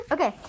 Okay